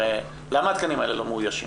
הרי למה התקנים האלה לא מאוישים?